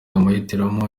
amahitamo